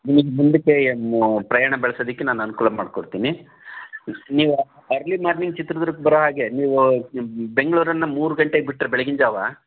ನಿಮಗೆ ಮುಂದಕ್ಕೆ ಏನು ಪ್ರಯಾಣ ಬೆಳೆಸೋದಕ್ಕೆ ನಾನು ಅನುಕೂಲ ಮಾಡ್ಕೊಡ್ತೀನಿ ನೀವು ಅರ್ಲಿ ಮಾರ್ನಿಂಗ್ ಚಿತ್ರದುರ್ಗಕ್ಕೆ ಬರೋಹಾಗೆ ನೀವು ಬೆಂಗಳೂರನ್ನು ಮೂರು ಗಂಟೆಗೆ ಬಿಟ್ಟರೆ ಬೆಳಗಿನ ಜಾವ